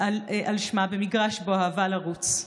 על שמה במגרש שבו אהבה לרוץ.